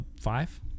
Five